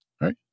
right